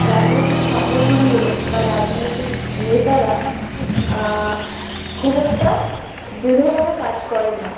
রাজনৈতিক সংগঠনগুলো বা রাজনৈতিক নেতারা খুব একটা দৃঢ়ভাবে কাজ করে না